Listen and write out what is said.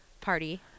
party